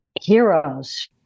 heroes